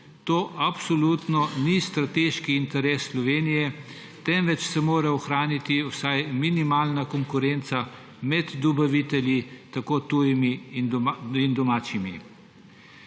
To absolutno ni strateški interes Slovenije, temveč se mora ohraniti vsaj minimalna konkurenca med dobavitelji tako tujimi kot domačimi.